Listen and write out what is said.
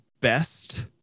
best